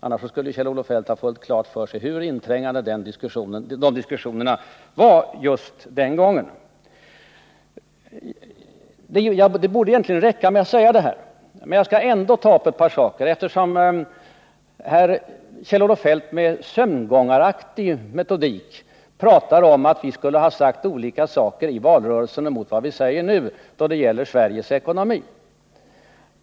Annars 125 skulle han haft klart för sig hur inträngande diskussionerna den gången var. Det borde egentligen räcka med att säga detta. Men jag skall ändå ta upp ett parsaker, eftersom Kjell-Olof Feldt med sömngångaraktig metodik pratar om att jag skulle sagt andra saker i valrörelsen än jag gör nu när det gäller Sveriges ekonomi.